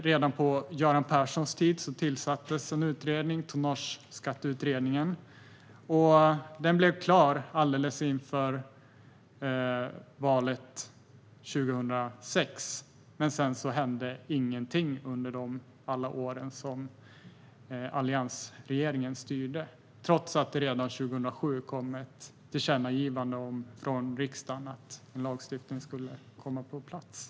Redan på Göran Perssons tid tillsattes en utredning, Tonnageskatteutredningen, som blev klar alldeles före valet 2006. Men sedan hände ingenting under alla år som alliansregeringen styrde, trots att det redan 2007 kom ett tillkännagivande från riksdagen om att en lagstiftning skulle komma på plats.